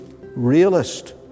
realist